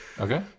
Okay